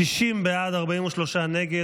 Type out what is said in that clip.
60 בעד, 43 נגד.